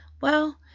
Well